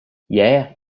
hier